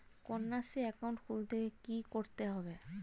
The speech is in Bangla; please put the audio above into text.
কন্যাশ্রী একাউন্ট খুলতে কী করতে হবে?